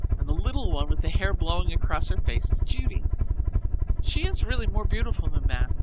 and the little one with the hair blowing across her face is judy she is really more beautiful,